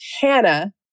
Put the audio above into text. Hannah